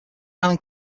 island